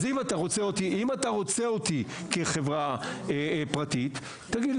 אז אם אתה רוצה אותי כחברה פרטית תגיד לי